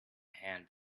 hands